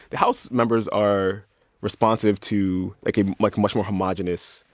the house members are responsive to like a like much more homogenous.